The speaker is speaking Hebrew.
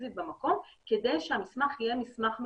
כדי שהמסמך יהיה מסמך מקורי.